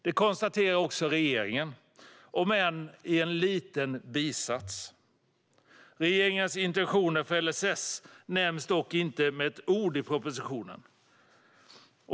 Det konstaterar också regeringen, om än i en liten bisats. Regeringens intentioner för LSS nämns dock inte med ett ord i propositionen.